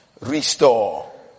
restore